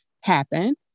happen